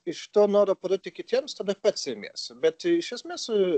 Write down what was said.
iš to noro parodyti kitiems tada pats imiesi bet iš esmės